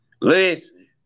Listen